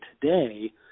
today